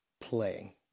play